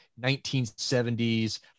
1970s